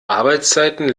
arbeitszeiten